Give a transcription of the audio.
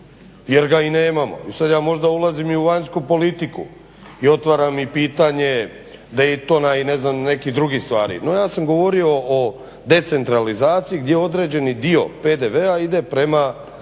jer ga i nemamo. I sad ja možda ulazim i u vanjsku politiku i otvaram i pitanje Daytona i nekih drugih stvari, no ja sam govorio o decentralizaciji gdje određeni dio PDV-a ide prema